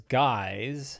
guys